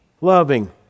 loving